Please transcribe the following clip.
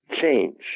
change